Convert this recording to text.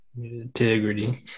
Integrity